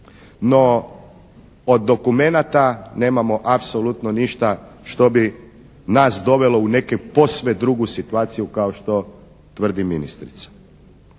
No, od dokumenata nemamo apsolutno ništa što bi nas dovelo u neku posve drugu situaciju kao što tvrdi ministrica.